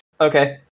Okay